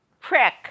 Prick